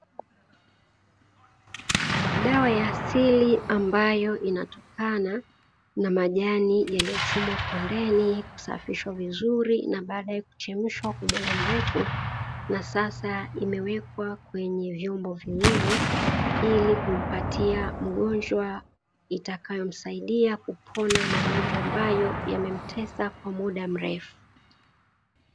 Dawa ya asili ambayo inatokana na majani yaliyochumwa kondeni kusafishwa vizuri na baadae kuchemshwa kwa muda mrefu na sasa imewekwa kwenye vyombo viwili, ili kumpatia mgonjwa itakayomsaidia kupona magonjwa ambayo yamemtesa kwa muda mrefu.